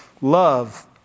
Love